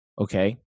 okay